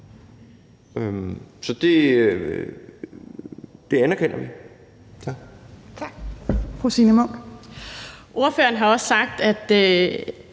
Så det anerkender vi.